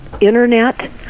internet